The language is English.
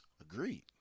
Agreed